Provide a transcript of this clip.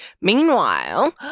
Meanwhile